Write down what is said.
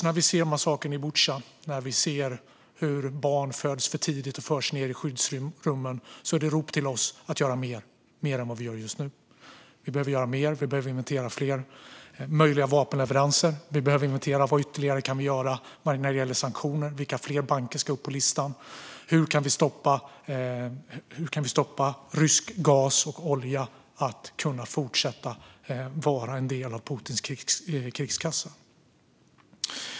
När vi ser massakern i Butja, och när vi ser hur barn föds för tidigt och förs ned i skyddsrummen, är det ett rop till oss om att göra mer, mer än vi gör just nu. Vi behöver göra mer. Vi behöver inventera inför fler möjliga vapenleveranser. Vi behöver inventera och se vad ytterligare vi kan göra när det gäller sanktioner. Vilka fler banker ska upp på listan? Hur kan vi stoppa rysk gas och olja från att fortsätta vara en del av Putins krigskassa?